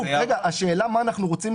השאלה מה אנחנו רוצים